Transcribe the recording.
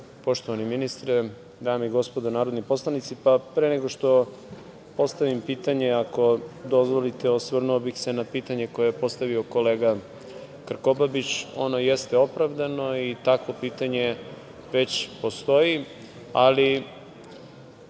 Orliću. Poštovani ministre, dame i gospodo narodni poslanici, pre nego što postavim pitanje, ako dozvolite, osvrnuo bih se na pitanje koje je postavio kolega Krkobabić. Ono jeste opravdano i takvo pitanje već postoji, ali